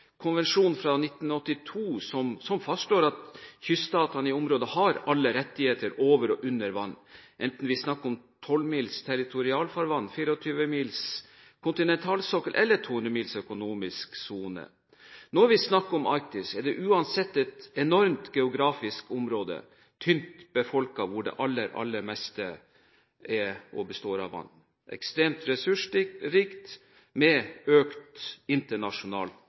fra 1982 fastslår at kyststatene i området har alle rettigheter over og under vann, enten vi snakker om 12 mils territorialfarvann, 24 mils kontinentalsokkel eller 200 mils økonomisk sone. Når vi snakker om Arktis, er det uansett et enormt geografisk område, tynt befolket, hvor det aller meste består av vann. Det er ekstremt ressursrikt, med økt